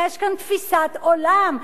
יש כאן תפיסת עולם,